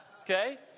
Okay